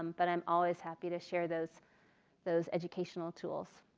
um but i'm always happy to share those those educational tools.